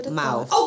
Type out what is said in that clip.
mouth